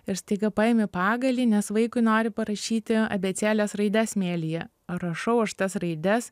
ir staiga paimi pagalį nes vaikui nori parašyti abėcėlės raides smėlyje rašau aš tas raides